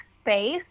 space